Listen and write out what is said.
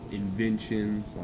inventions